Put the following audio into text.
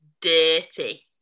DIRTY